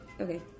okay